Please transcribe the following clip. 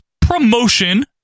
promotion